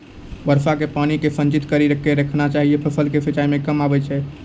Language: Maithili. वर्षा के पानी के संचित कड़ी के रखना चाहियौ फ़सल के सिंचाई मे काम आबै छै?